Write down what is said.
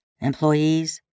Employees